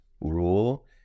rule